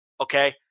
Okay